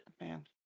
man